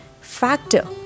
factor